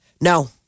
No